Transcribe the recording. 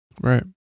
Right